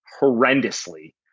horrendously